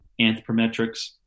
Anthropometrics